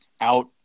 out –